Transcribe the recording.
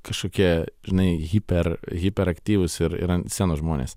kažkokie žinai hiper hiperaktyvūs ir ant scenos žmonės